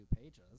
pages